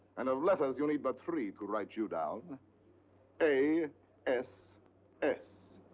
and of letters, you need but three to write you down a s s.